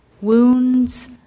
wounds